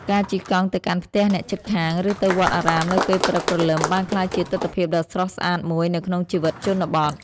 ការជិះកង់ទៅកាន់ផ្ទះអ្នកជិតខាង ឬទៅវត្តអារាមនៅពេលព្រឹកព្រលឹមបានក្លាយជាទិដ្ឋភាពដ៏ស្រស់ស្អាតមួយនៅក្នុងជីវិតជនបទ។